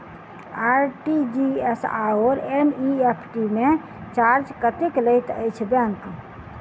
RTGS आओर NEFT मे charge कतेक लैत अछि बैंक?